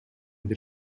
бир